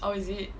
oh is it